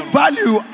value